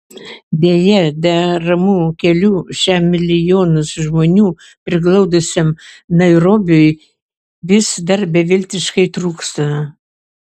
deja deramų kelių šiam milijonus žmonių priglaudusiam nairobiui vis dar beviltiškai trūksta